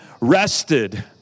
rested